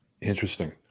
Interesting